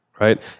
right